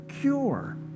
cure